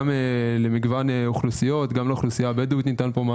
ומענה לאוכלוסייה הבדואית ולאוכלוסיות נוספות כמו יהודים